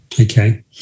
Okay